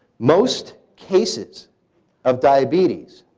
most cases of diabetes,